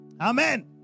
Amen